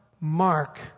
mark